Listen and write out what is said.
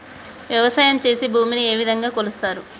వ్యవసాయం చేసి భూమిని ఏ విధంగా కొలుస్తారు?